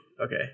Okay